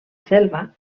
selva